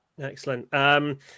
Excellent